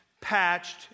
patched